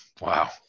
Wow